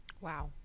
Wow